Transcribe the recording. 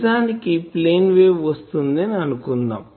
నిజానికి plane wave వస్తుంది అని అనుకుందాం